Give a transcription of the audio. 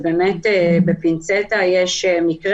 אחד או שני מקרים כאלה בשבוע,